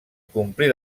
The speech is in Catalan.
complir